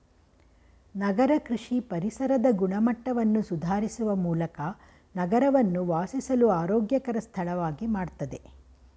ನಗರ ಕೃಷಿ ಪರಿಸರದ ಗುಣಮಟ್ಟವನ್ನು ಸುಧಾರಿಸುವ ಮೂಲಕ ನಗರವನ್ನು ವಾಸಿಸಲು ಆರೋಗ್ಯಕರ ಸ್ಥಳವಾಗಿ ಮಾಡ್ತದೆ